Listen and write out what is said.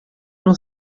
não